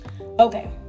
Okay